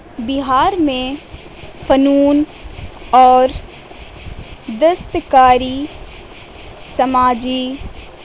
بہار میں فنون اور دستکاری سماجی